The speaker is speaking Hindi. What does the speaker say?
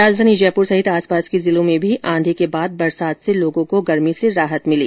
राजधानी जयपुर सहित आसपास के जिलों में भी आंधी के बाद बरसात से लोगों को गर्मी से राहत मिली